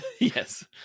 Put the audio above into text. Yes